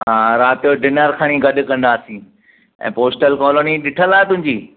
हा राति जो डिनर खणी गॾु कंदासीं ऐं पोस्टल कॉलोनी ॾिठलु आहे तुंहिंजी